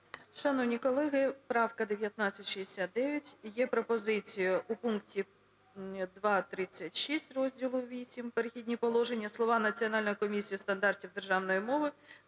Шановні колеги, правка 1969, є пропозиція у пункті 2.36 розділу VІІІ "Перехідні положення" слова "Національною комісією стандартів державної мови"